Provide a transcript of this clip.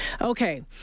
Okay